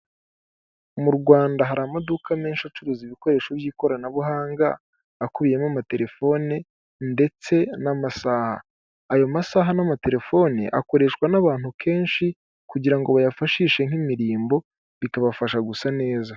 Mu Rwanda hari amaduka menshi acuruza ibikoresho by'ikoranabuhanga, akubiyemo amatelefone ndetse n'amasaha. Ayo masaha n'amatelefoni akoreshwa n'abantu kenshi, kugira ngo bayafashishe nk'imirimbo, bikabafasha gusa neza.